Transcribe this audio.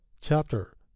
Chapter